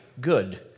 good